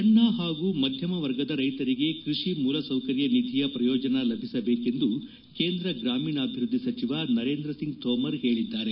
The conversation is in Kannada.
ಸಣ್ಣ ಹಾಗೂ ಮಧ್ಯಮ ವರ್ಗದ ರೈತರಿಗೆ ಕೃಷಿ ಮೂಲಸೌಕರ್ಯ ನಿಧಿಯ ಪ್ರಯೋಜನ ಲಭಿಸಬೇಕೆಂದು ಕೇಂದ್ರ ಗ್ರಾಮೀಣಾಭಿವೃದ್ದಿ ಸಚಿವ ನರೇಂದ್ರ ಸಿಂಗ್ ತೋಮರ್ ಹೇಳದ್ದಾರೆ